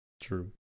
True